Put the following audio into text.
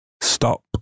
stop